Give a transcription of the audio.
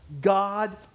God